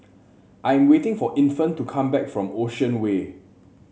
I am waiting for Infant to come back from Ocean Way